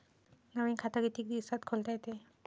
नवीन खात कितीक दिसात खोलता येते?